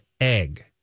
egg